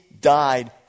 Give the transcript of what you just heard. died